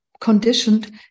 conditioned